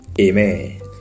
Amen